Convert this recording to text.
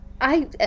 I-